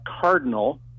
cardinal